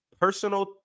personal